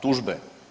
Tužbe.